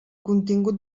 contingut